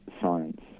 science